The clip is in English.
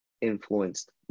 influenced